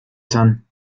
brettern